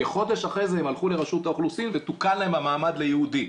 כחודש אחרי זה הם הלכו לרשות האוכלוסין ותוקן להם המעמד ליהודי,